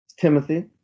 Timothy